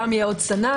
גם יהיה עוד סנן,